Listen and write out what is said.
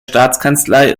staatskanzlei